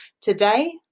Today